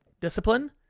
discipline